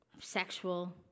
Sexual